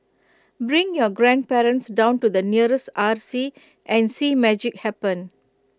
bring your grandparents down to the nearest R C and see magic happen